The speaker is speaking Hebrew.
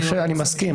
אני מסכים,